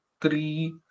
three